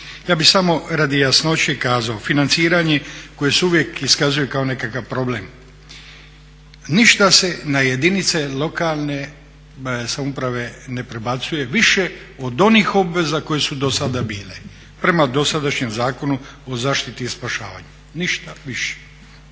Ja bih samo radi jasnoće kazao financiranje koje se uvijek iskazuje kao nekakav problem ništa se na jedinice lokalne samouprave ne prebacuje više od onih obveza koje su dosada bile prema dosadašnjem Zakonu o zaštiti i spašavanju, ništa više.